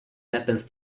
happens